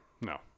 No